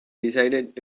decided